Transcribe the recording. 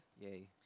yay